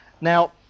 Now